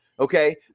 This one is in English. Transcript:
Okay